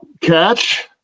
catch